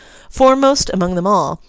foremost among them all,